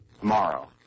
tomorrow